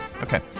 Okay